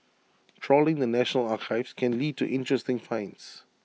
trawling the national archives can lead to interesting finds